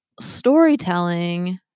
storytelling